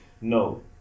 no